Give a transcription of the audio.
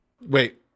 Wait